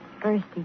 Thirsty